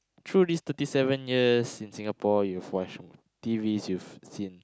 through this thirty seven years in Singapore you've watched T_Vs you've seen